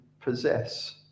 possess